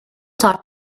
talked